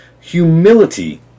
Humility